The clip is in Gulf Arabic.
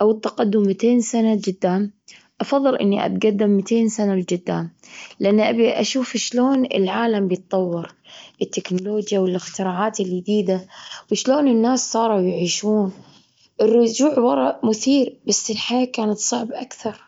أو التقدم ميتين سنة لجدام، أفضل إني أتجدم ميتين سنة لجدام، لأن أبي أشوف إيش لون العالم بيتطور التكنولوجيا والاختراعات اليديدة وإش لون الناس صاروا يعيشون، الرجوع ورا مثير، بس الحياة كانت صعبة أكثر.